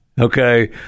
okay